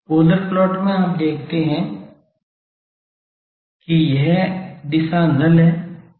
polar plot में आप देखते हैं कि यह दिशा null है यह दिशा null है